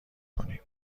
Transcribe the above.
کنیم